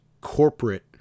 corporate